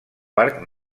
parc